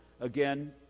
Again